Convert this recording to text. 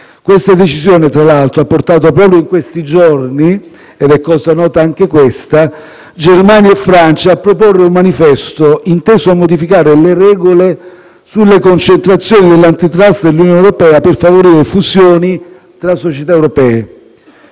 Questa decisione, tra l'altro, ha portato proprio in questi giorni (ed è cosa nota anche questa) Germania e Francia a proporre un manifesto, inteso a modificare le regole sulle concentrazioni e l'*antitrust* nell'Unione europea per favorire fusioni tra società europee.